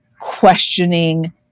questioning